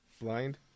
Blind